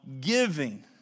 giving